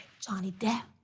johnny depp,